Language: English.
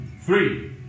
Three